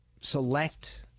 select